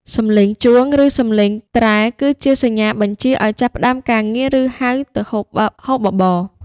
សម្លេងជួង ឬសម្លេងត្រែ គឺជាសញ្ញាបញ្ជាឱ្យចាប់ផ្តើមការងារ ឬហៅទៅហូបបបរ។